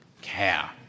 care